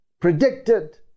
predicted